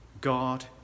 God